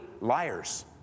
liars